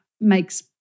makes